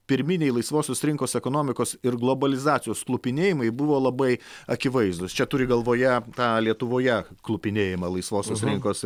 pirminiai laisvosios rinkos ekonomikos ir globalizacijos klupinėjimai buvo labai akivaizdūs čia turi galvoje tą lietuvoje klupinėjimą laisvosios rinkos